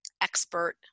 expert